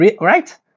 right